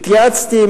התייעצתי,